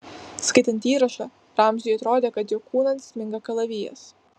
skaitant įrašą ramziui atrodė kad jo kūnan sminga kalavijas